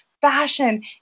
fashion